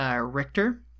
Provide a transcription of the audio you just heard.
Richter